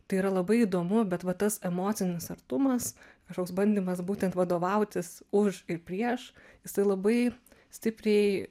tai yra labai įdomu bet va tas emocinis artumas kažkoks bandymas būtent vadovautis už ir prieš jisai labai stipriai